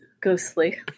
ghostly